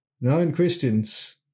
non-Christians